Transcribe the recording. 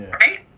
right